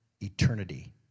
eternity